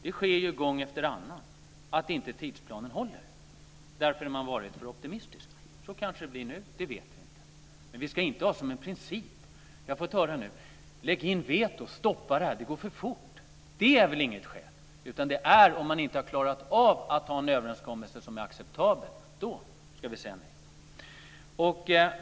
Det sker gång efter annan att inte tidsplanen håller eftersom man varit för optimistisk. Så kanske det blir nu. Det vet vi inte. Jag har nu fått höra: Lägg in veto. Stoppa överenskommelsen, eftersom det går för fort. Det är väl inget skäl. Det är om man inte har klarat av att nå en överenskommelse som är acceptabel. Då ska vi säga nej.